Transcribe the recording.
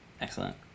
Excellent